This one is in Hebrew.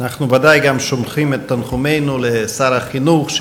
אנחנו ודאי גם שולחים את תנחומינו לשר החינוך,